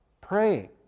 Praying